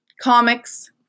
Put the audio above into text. Comics